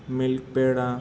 milk peda